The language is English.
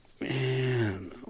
man